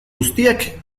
guztiak